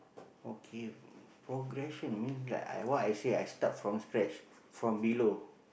okay progression means like I what I say I start from scratch from below